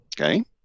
okay